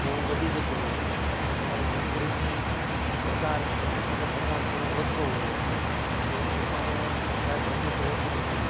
બહુ વધી જતું હોય અને તમારી નોકરીની પગાર નોકરીની જો પગાર છે ઓછો હોય તો તમારે કાંઈ બચત રહેતી નથી